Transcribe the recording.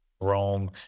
Rome